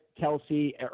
Kelsey